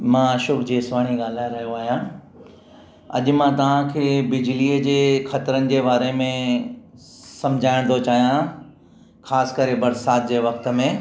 मां अशोक जेसवाणी ॻाल्हाए रहियो आहियां अॼु मां तव्हांखे बिजलीअ जे ख़तिरनि जे बारे में समुझाइणु थो चाहियां ख़ासि करे बरसात जे वक़्तु में